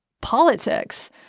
politics